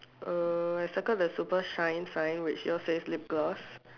uh I circled the super shine sign which yours say lip gloss